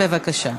בבקשה.